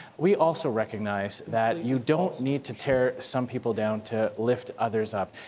we also recognize that you don't need to tear some people down to lift others up.